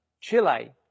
Chile